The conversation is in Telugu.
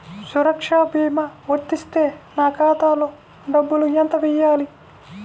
సురక్ష భీమా వర్తిస్తే నా ఖాతాలో డబ్బులు ఎంత వేయాలి?